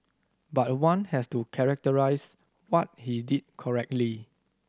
but one has to characterise what he did correctly